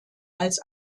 als